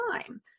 time